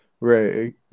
Right